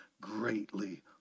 greatly